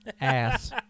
Ass